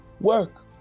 work